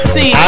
See